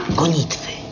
gonitwy